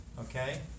okay